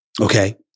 Okay